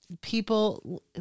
people